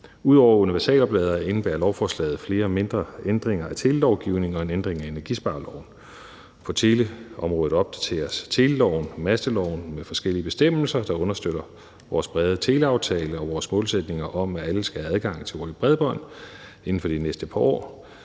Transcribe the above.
Ud over universalopladerne indebærer lovforslaget flere mindre ændringer af telelovgivningen og en ændring af energispareloven. På teleområdet opdateres teleloven og masteloven med forskellige bestemmelser, der understøtter vores brede teleaftale og vores målsætninger om, at alle skal have adgang til et hurtigt bredbånd inden for de næste par år.